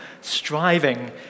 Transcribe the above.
striving